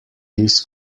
this